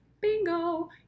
bingo